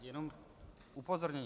Jenom upozornění.